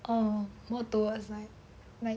or more towards like like